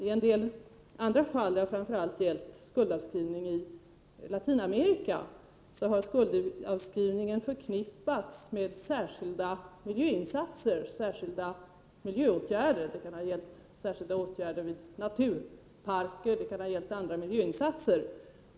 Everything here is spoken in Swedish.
I en del andra fall — det har framför allt gällt länder i Latinamerika — har skuldavskrivning förknippats med särskilda miljöinsatser. Det kan ha gällt naturparker eller andra miljöåtgärder.